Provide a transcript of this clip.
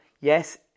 Yes